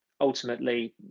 Ultimately